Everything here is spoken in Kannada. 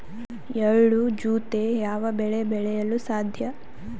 ಎಳ್ಳು ಜೂತೆ ಯಾವ ಬೆಳೆ ಬೆಳೆಯಲು ಸಾಧ್ಯ?